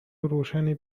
روشنی